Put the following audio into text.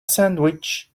sandwich